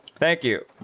thank you